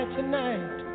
tonight